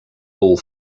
all